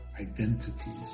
identities